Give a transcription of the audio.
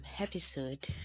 episode